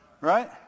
Right